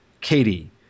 Katie